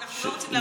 אנחנו לא רוצים,